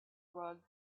rug